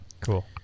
Cool